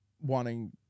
wanting